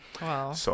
Wow